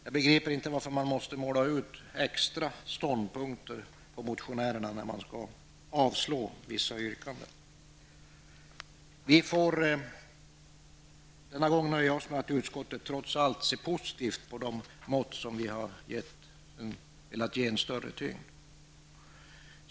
Jag begriper inte varför man måste måla ut extra ståndpunkter och hänvisa till motionärerna när man skall avslå vissa yrkanden. Vi får denna gång nöja oss med att utskottet trots allt ser positivt på de mått som vill ge en större tyngd.